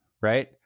right